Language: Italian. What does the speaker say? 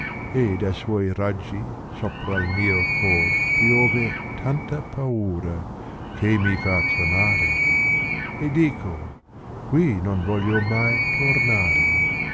e da suoi raggi sopra mio cor piove tanta paura che mi fa tremare e dico qui non voglio mai tornare